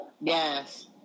Yes